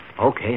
Okay